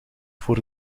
voor